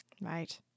Right